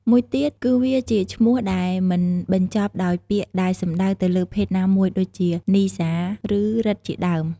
មួយទៀតគឺវាជាឈ្មោះដែលមិនបញ្ចប់ដោយពាក្យដែលសំដៅទៅលើភេទណាមួយ ដូចជា នីស្សា ឬ រិទ្ធជាដើម។